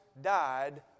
died